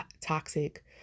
toxic